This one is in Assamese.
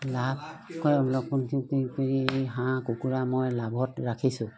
লাভ কৰে হাঁহ কুকুৰা মই লাভত ৰাখিছোঁ